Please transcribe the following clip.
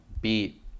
beat